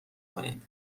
کنید